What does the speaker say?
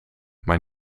maar